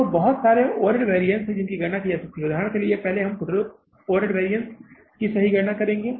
और बहुत सारे ओवरहेड वैरिअन्स हैं जिनकी गणना की जा सकती है उदाहरण के लिए पहले हम टोटल ओवरहेड वेरिएशन की सही गणना करेंगे